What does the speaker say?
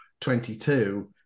22